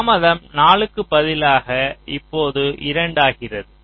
தாமதம் 4 க்கு பதிலாக இப்போது 2 ஆகிறது